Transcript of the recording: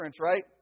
right